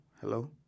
Hello